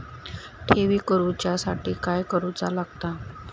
ठेवी करूच्या साठी काय करूचा लागता?